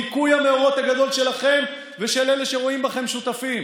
ליקוי המאורות הגדול שלכם ושל אלה שרואים בכם שותפים.